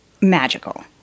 magical